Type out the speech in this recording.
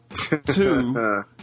Two